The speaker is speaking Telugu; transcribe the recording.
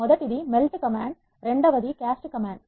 మొదటి ది మెల్ట్ కమాండ్ రెండవ ది క్యాస్ట్ కమాండ్